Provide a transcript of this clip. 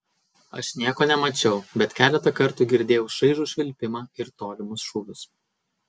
aš nieko nemačiau bet keletą kartų girdėjau šaižų švilpimą ir tolimus šūvius